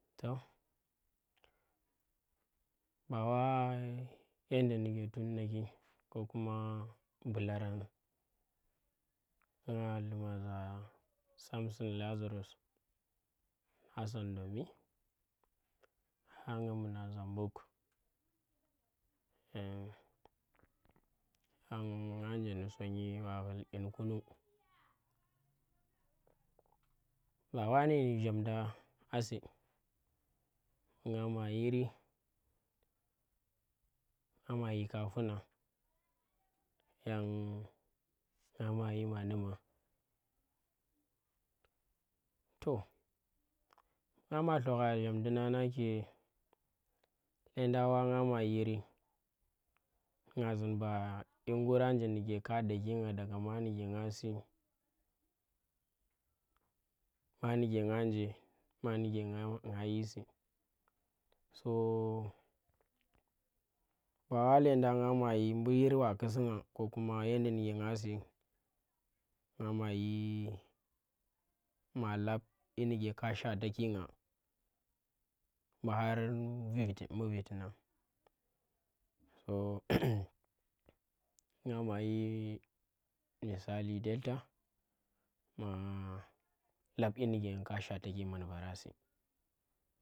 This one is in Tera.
Toh Ba wa yada tunnaki kokuma bularang ngah lumma za samson liazarus hassan ndomi nganje mbuna zambuk nganje ndi sonyi wa hul ƙyinkunung. Ba wa ni shamdang a si ngama yiri nga ma yika funa yan ngama yima nu̱ma, to ngama lhogha ghamdinang nake lendang wa nga ma yiri, ngah zun ba, iguranje nike ka daki nga daga manu ke ngah si, manuke ngahnje ma muke nga yirsi so ba wa lendang nga ma yiri mbu yir wa kus sugha kokuma yandanuke ngah si ngah ma yi ma lap ƙyinuke ka shwataki ngah, bu har mbu viti nagn, nga ma yir misali delta ma lab ƙinuke ngaka shwataki man vara si.